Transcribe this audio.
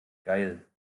geil